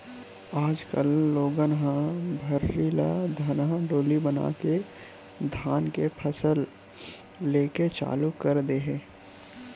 आज कल लोगन ह भर्री ल धनहा डोली बनाके धान के फसल लेके चालू कर दे हे